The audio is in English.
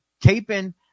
taping